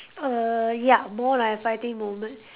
err ya more like a frightening moment